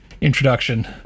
introduction